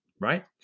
right